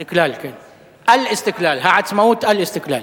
"העצמאות" "אל-איסתיקלאל"